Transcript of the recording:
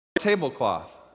tablecloth